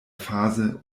phase